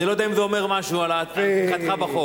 אני לא יודע אם זה אומר משהו על תמיכתך בחוק.